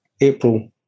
April